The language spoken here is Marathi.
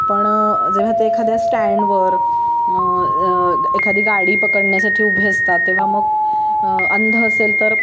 पण जेव्हा ते एखाद्या स्टँडवर एखादी गाडी पकडण्यासाठी उभे असतात तेव्हा मग अंध असेल तर